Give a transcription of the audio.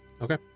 okay